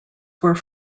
were